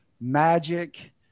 magic